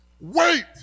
Wait